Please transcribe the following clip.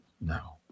No